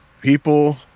people